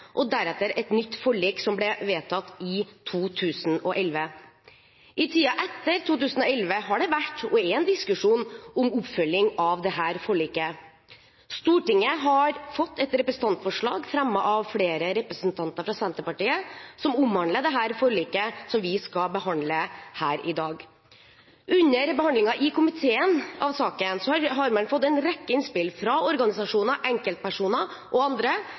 og deretter et nytt forlik, som ble vedtatt i 2011. I tiden etter 2011 har det vært – og er – en diskusjon om oppfølgingen av dette forliket. Stortinget har fått til behandling et representantforslag – fremmet av flere representanter fra Senterpartiet – som omhandler forliket, og som vi skal behandle her i dag. Komiteen har under behandlingen av saken fått en rekke innspill fra organisasjoner, enkeltpersoner og andre